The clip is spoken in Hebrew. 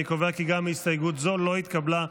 אני קובע כי גם הסתייגות זו לא התקבלה.